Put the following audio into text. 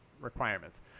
requirements